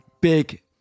Big